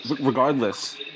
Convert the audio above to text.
regardless